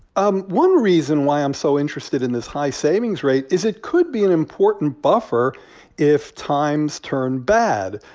um one reason why i'm so interested in this high savings rate is it could be an important buffer if times turn bad.